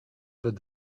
about